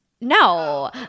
no